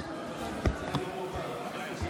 (קורא בשמות חברי הכנסת)